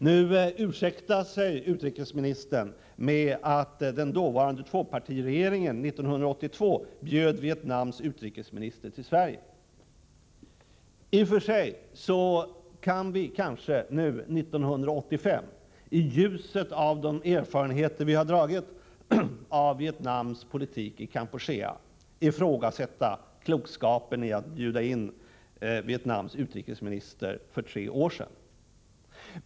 Nu ursäktar sig utrikesministern med att den dåvarande tvåpartiregeringen 1982 bjöd Vietnams utrikesminister till Sverige. I och för sig kan vi kanske nu, 1985, i ljuset av de erfarenheter vi har fått av Vietnams politik i Kampuchea, ifrågasätta klokskapen i att bjuda in Vietnams utrikesminister för tre år sedan.